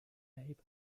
and